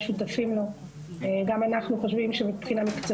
וגם השרה שנמצאת בזום.